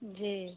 जी